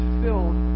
filled